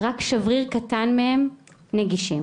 רק שבריר קטן מהם נגישים.